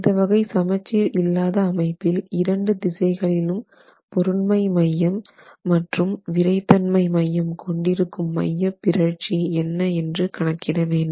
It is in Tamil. இந்த வகை சமச்சீர் இல்லாத அமைப்பில் இரண்டு திசைகளிலும் பொருண்மை மையம் மற்றும் விறைத்தன்மை மையம் கொண்டிருக்கும் மையப்பிறழ்ச்சி என்ன என்று கணக்கிட வேண்டும்